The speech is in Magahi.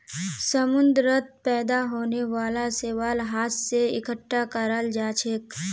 समुंदरत पैदा होने वाला शैवाल हाथ स इकट्ठा कराल जाछेक